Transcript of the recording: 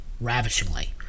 ravishingly